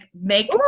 make